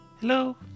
Hello